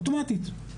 אוטומטית.